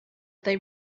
they